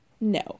no